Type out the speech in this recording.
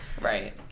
Right